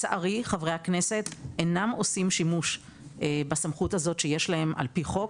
לצערי חברי הכנסת אינם עושים שימוש בסמכות הזאת שיש להם על פי חוק,